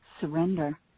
surrender